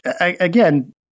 again